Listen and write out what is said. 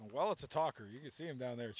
well it's a talker you see him down there